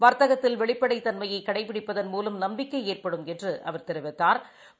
வர்த்தகத்தில் வெளிப்படைத் தன்மையைகடைபிடிப்பதன் மூலம் நம்பிக்கைஏற்படும் என்றுஅவர் தெரிவித்தாா்